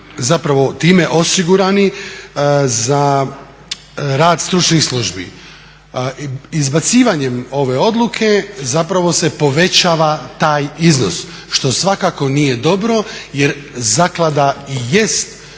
zapravo time osigurani za rad stručnih službi. Izbacivanjem ove odluke zapravo se povećava taj iznos što svakako nije dobro jer zaklada i jest